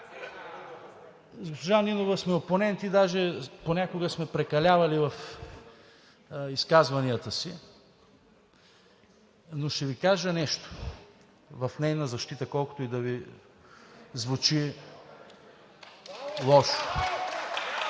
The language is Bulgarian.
госпожа Нинова сме опоненти, даже понякога сме прекалявали в изказванията си, но ще Ви кажа нещо в нейна защита, колкото и да Ви звучи лошо.